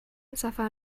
سفر